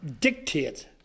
dictate